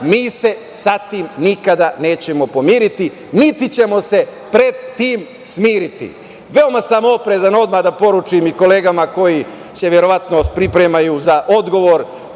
Mi se sa tim nikada nećemo pomiriti, niti ćemo se pred tim smiriti. Veoma sam oprezan, odmah da poručim i kolegama koji se verovatno pripremaju za odgovor,